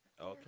okay